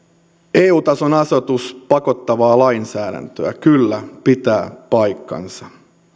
eu tason asetus on pakottavaa lainsäädäntöä kyllä pitää paikkansa